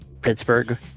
Pittsburgh